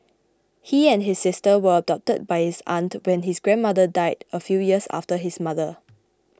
he and his sister were adopted by his aunt when his grandmother died a few years after his mother